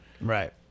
Right